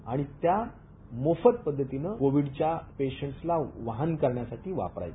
आणि त्या मोफत पध्दतीनं कोविडच्या पेशंटस्ला वहन करण्यासाठी वापरायचे